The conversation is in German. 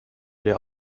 der